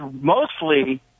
mostly